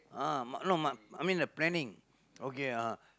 ah ma~ no ma~ I mean the planning okay ah